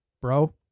bro